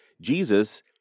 Jesus